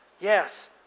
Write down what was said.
yes